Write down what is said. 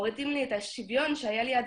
מורידים לי את השוויון שהיה לי עד